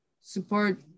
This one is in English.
support